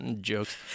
jokes